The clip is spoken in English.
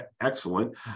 excellent